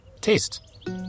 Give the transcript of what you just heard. taste